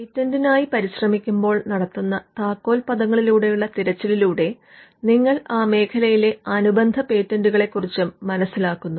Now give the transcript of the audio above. പേറ്റന്റിനായി പരിശ്രമിക്കുമ്പോൾ നടത്തുന്ന താക്കോൽ പദങ്ങളിലൂടെയുള്ള തിരച്ചിലിലൂടെ നിങ്ങൾ ആ മേഖലയിലെ അനുബന്ധ പേറ്റന്റുകളെയും കുറിച്ച് മനസിലാക്കുന്നു